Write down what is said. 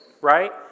right